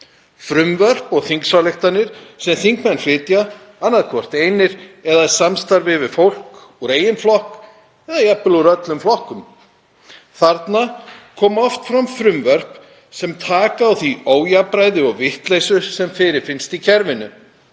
frumvörp og þingsályktunartillögur sem þingmenn flytja, annaðhvort einir eða í samstarfi við fólk úr eigin flokki eða jafnvel úr öllum flokkum. Þarna koma oft fram frumvörp sem taka á því ójafnræði og þeirri vitleysu sem fyrirfinnst í kerfinu